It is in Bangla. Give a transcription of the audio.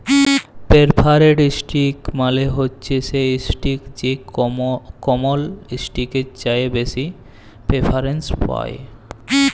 পেরফারেড ইসটক মালে হছে সেই ইসটক যেট কমল ইসটকের চাঁঁয়ে বেশি পেরফারেলস পায়